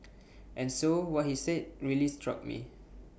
and so what he said really struck me